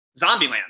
Zombieland